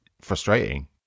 frustrating